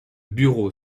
bureau